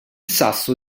sasso